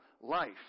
life